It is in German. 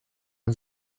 man